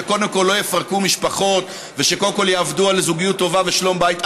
שקודם כול לא יפרקו משפחות ושקודם כול יעבדו על זוגיות טובה ושלום בית,